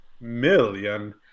million